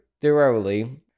thoroughly